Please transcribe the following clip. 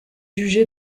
jugé